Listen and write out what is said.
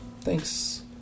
Thanks